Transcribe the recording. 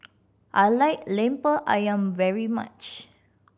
I like Lemper Ayam very much